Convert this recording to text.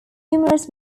numerous